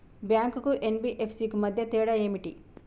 Bank కు NBFC కు మధ్య తేడా ఏమిటి?